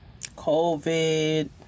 covid